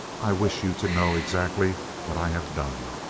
i wish you to know exactly what i have done.